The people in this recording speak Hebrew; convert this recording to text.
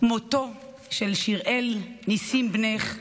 מותו של שיראל נסים, בנך,